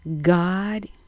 God